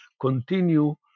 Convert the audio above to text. continue